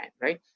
right